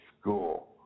school